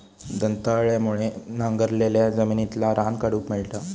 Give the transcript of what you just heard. दंताळ्यामुळे नांगरलाल्या जमिनितला रान काढूक मेळता